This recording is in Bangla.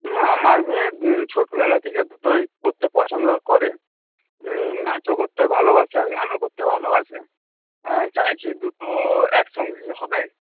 না আমার মেয়ে ছোটোবেলা থেকে দুটোই করতে পছন্দ করে নাচও করতে ভালোবাসে আর গানও করতে ভালোবাসে আমি চাইছি দুটো একসঙ্গেই হবে